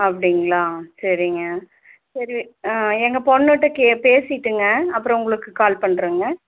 அப்படிங்களா சரிங்க சரி எங்கள் பொண்ணுகிட்ட பேசிட்டுங்க அப்புறம் உங்களுக்கு கால் பண்ணுறங்க